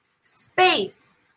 space